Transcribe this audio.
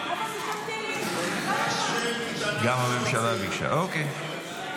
גם הממשלה ביקשה, אוקי.